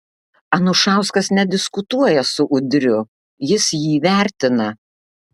anušauskas nediskutuoja su udriu jis jį vertina